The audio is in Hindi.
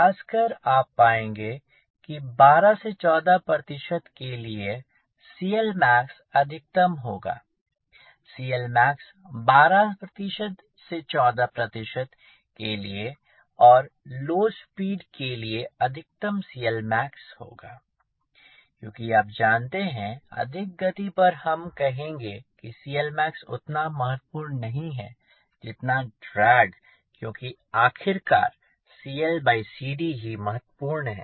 खासकर आप पाएँगे कि 12 से 14 के लिए CLmax अधिकतम होगा CLmax 12 से 14 के लिए और लो स्पीड के लिए अधिकतम CLmax होगा क्योंकि आप जानते हैं अधिक गति पर हम कहेंगे कि CLmax उतना महत्वपूर्ण नहीं है जितना की ड्रैग क्योंकि आखिरकार CLCD ही महत्वपूर्ण है